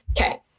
Okay